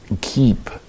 keep